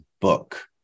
book